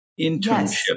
internship